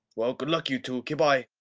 well, good luck, you two. kay, bye.